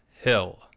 Hill